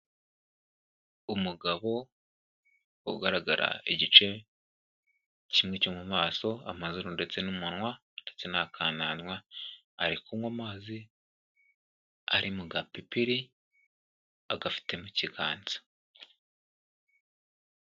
Umugabo ugaragara igice kimwe cyo mu maso, amazuru ndetse n'umunwa ndetse n'akananwa, ari kunywa amazi ari mu gapipiri, agafite mu kiganza.